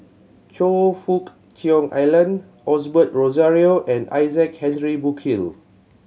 Choe Fook Cheong Alan Osbert Rozario and Isaac Henry Burkill